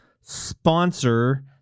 sponsor